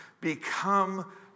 become